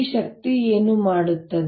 ಈ ಶಕ್ತಿ ಏನು ಮಾಡುತ್ತದೆ